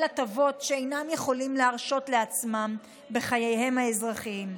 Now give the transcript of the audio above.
הטבות שאינם יכולים להרשות לעצמם בחייהם האזרחיים.